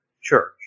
church